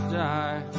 die